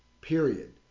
period